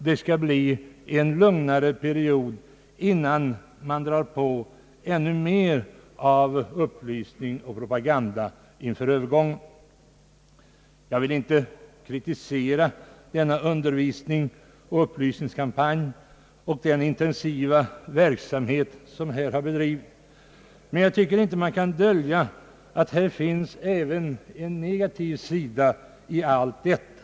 Det skall bli en lugnare period innan man drar i gång ännu mer upplysning och propaganda. Jag vill inte kritisera denna undervisningsoch upplysningskampanj samt den intensiva verksamhet som har bedrivits, men jag anser inte att man kan dölja att det även finns en negativ sida i allt detta.